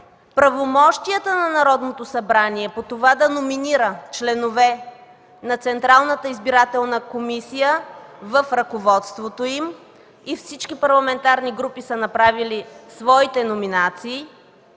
правомощията на Народното събрание по това да номинира членове на Централната избирателна комисия в ръководството им и всички парламентарни групи са направили своите номинации.